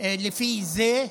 לפי זה.